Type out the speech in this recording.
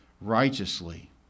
righteously